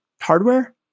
hardware